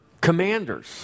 commanders